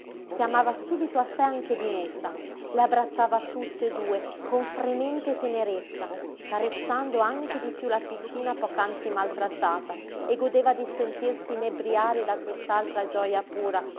chiamava subito a sé anche dinuccia le abbracciava tutt'e due con fremente tenerezza carezzando anche di piú la piccina poc'anzi maltrattata e godeva di sentirsi inebbriare da quest'altra gioja pura